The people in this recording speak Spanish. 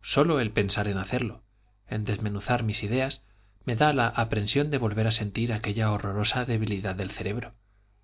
sólo el pensar en hacerlo en desmenuzar mis ideas me da la aprensión de volver a sentir aquella horrorosa debilidad del cerebro